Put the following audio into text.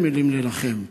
אין מילים לנחם.